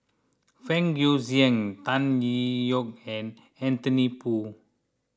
Fang Guixiang Tan Tee Yoke and Anthony Poon